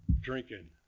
drinking